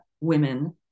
women